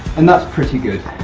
and that's pretty good.